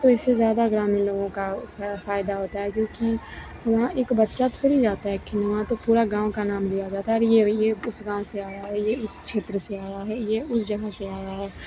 तो इससे ज़्यादा ग्रामीण लोगों का फायदा होता है क्योंकि वहाँ एक बच्चा थोड़ी जाता है खेलने वहाँ तो पूरा गाँव का नाम लिया जाता है यह अरे यह उस गाँव से आया है यह उस क्षेत्र से आया है यह उस जगह से आया है